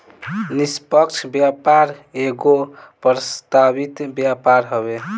निष्पक्ष व्यापार एगो प्रस्तावित व्यापार हवे